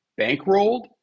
bankrolled